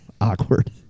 Awkward